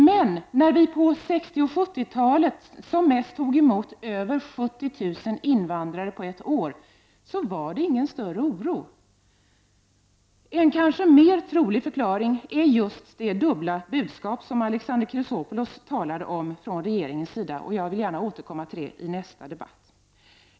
Men när vi på 60 och 70-talet som mest tog emot över 70 000 invandrare på ett år var det ingen större oro. En kanske mer trolig förklaring är just det dubbla budskap från regeringens sida som Alexander Chrisopoulos talade om . Jag vill gärna återkomma till detta i nästa debatt.